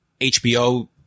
HBO